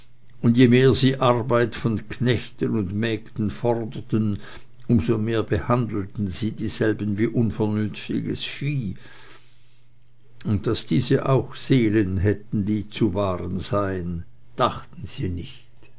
und je mehr sie arbeit von knechten und mägden forderten um so mehr behandelten sie dieselben wie unvernünftiges vieh und daß diese auch seelen hätten die zu wahren seien dachten sie nicht